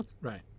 Right